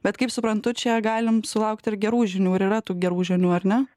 bet kaip suprantu čia galim sulaukti ir gerų žinių ir yra tų gerų žinių ar ne